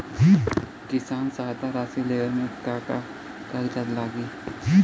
किसान सहायता राशि लेवे में का का कागजात लागी?